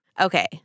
Okay